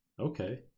Okay